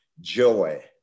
joy